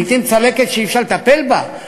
לעתים צלקת שאי-אפשר לטפל בה,